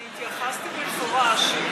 אני התייחסתי במפורש.